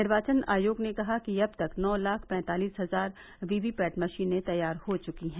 निर्वाचन आयोग ने कहा कि अब तक नौ लाख पैतालिस हजार वीवीपैट मशीनें तैयार हो च्की हैं